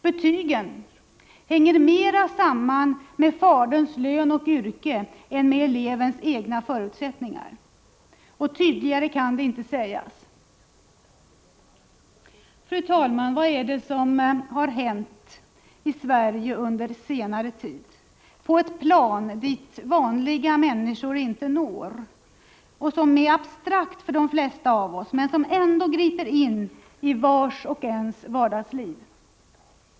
Betygen hänger mer samman med faderns lön och yrke än med elevens egna förutsättningar. Tydligare kan det inte sägas. Fru talman! Vad är det som har hänt i Sverige under senare tid på ett plan dit vanliga människor inte når, ett plan som är abstrakt för de flesta av oss men som ändå griper in i vars och ens vardagsliv?